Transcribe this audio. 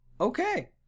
Okay